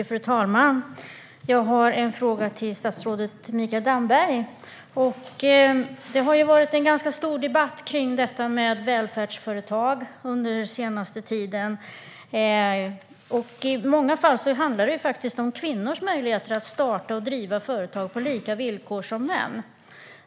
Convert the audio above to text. Fru talman! Jag har en fråga till statsrådet Mikael Damberg. Den senaste tiden har det varit en ganska stor debatt kring detta med välfärdsföretag. I många fall handlar det faktiskt om kvinnors möjligheter att starta och driva företag på samma villkor som män.